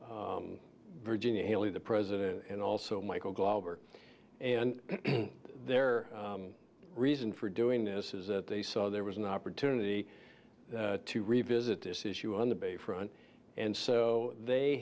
virginia healey the president and also michael glover and their reason for doing this is that they saw there was an opportunity to revisit this issue on the base front and so they